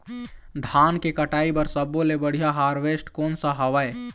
धान के कटाई बर सब्बो ले बढ़िया हारवेस्ट कोन सा हवए?